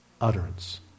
Utterance